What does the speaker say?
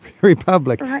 Republic